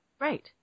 Right